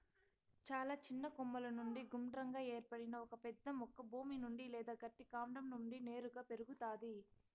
చాలా చిన్న కొమ్మల నుండి గుండ్రంగా ఏర్పడిన ఒక పెద్ద మొక్క భూమి నుండి లేదా గట్టి కాండం నుండి నేరుగా పెరుగుతాది